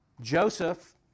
Joseph